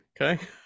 Okay